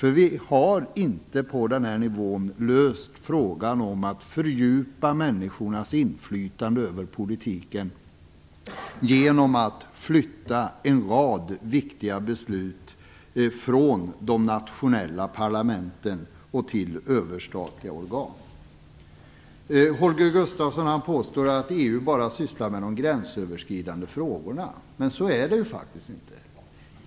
Vi har inte på den här nivån löst frågan om att fördjupa människornas inflytande över politiken genom att flytta en rad viktiga beslut från de nationella parlamenten till överstatliga organ. Holger Gustafsson påstår att EU bara sysslar med de gränsöverskridande frågorna, men så är det faktiskt inte.